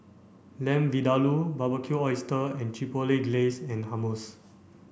Lamb Vindaloo Barbecued Oysters and Chipotle Glaze and Hummus